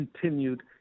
continued